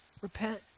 repent